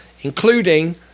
including